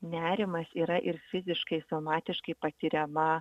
nerimas yra ir fiziškai fanatiškai patiriama